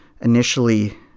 initially